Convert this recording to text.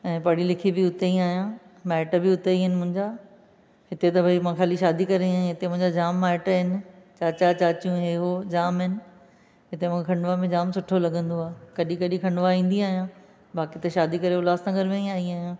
ऐं पढ़ी लिखी बि हुते ई आहियां माइटु बि उते ई आहिनि मुंहिंजा हिते त बई मां ख़ाली शादी करे आई आहियां हिते मुंहिंजा जामु माइटु आहिनि चाचा चाची हे वो जामु आहिनि हिते मूंखे खंडवा में जामु सुठो लॻंदो आहे कॾहिं कॾहिं खंडवा ईंदी आहियां बाक़ी त शादी करे उल्हासनगर में ई आई आहियां